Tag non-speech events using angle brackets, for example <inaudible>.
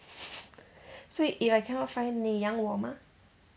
<laughs> so if I cannot find 你养我吗